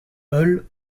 hull